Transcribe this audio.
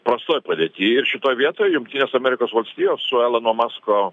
prastoj padėty ir šitoj vietoj jungtinės amerikos valstijos su elano masko